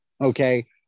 okay